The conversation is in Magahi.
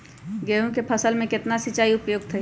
गेंहू के फसल में केतना सिंचाई उपयुक्त हाइ?